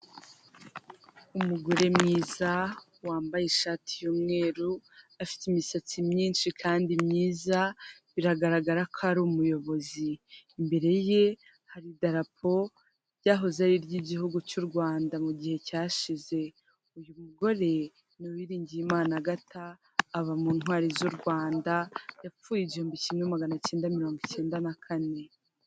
Umugore mwiza wambaye ishati y'umweru afite imisatsi myinshi kandi myiza biragaragara ko ari umuyobozi .Imbere ye hari idarapo ryahoze ari iry'igihugu cy'u Rwanda mu gihe cyashize uyu mugore ni UWIRINGIYIMANA Agatha aba mu ntwari z'u Rwanda yapfuye igihumbi kimwe magana acyenda mirongo icyenda na kane(1994).